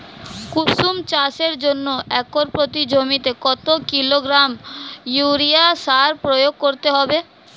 কুসুম চাষের জন্য একর প্রতি জমিতে কত কিলোগ্রাম ইউরিয়া সার প্রয়োগ করতে হবে?